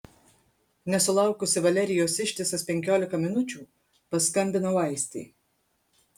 nesulaukusi valerijos ištisas penkiolika minučių paskambinau aistei